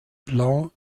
blanc